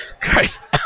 Christ